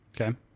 Okay